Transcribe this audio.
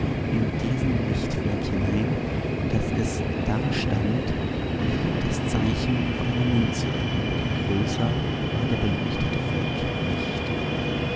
in diesen lichtflecken hinein daß es dastand wie das zeichen auf einer münze denn größer war der beleuchtete fleck nicht